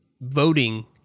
voting